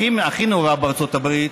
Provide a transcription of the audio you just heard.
הכי נאורה בארצות הברית,